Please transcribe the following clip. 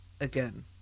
again